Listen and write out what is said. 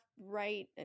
right